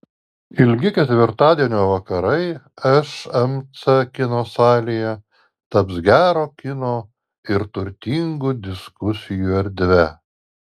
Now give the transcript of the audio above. ilgi ketvirtadienio vakarai šmc kino salėje taps gero kino ir turtingų diskusijų erdve